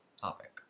topic